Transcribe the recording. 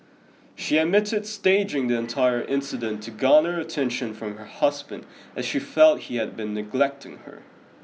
she admitted staging the entire incident to garner attention from her husband as she felt he had been neglecting her